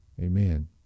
Amen